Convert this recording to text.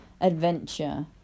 adventure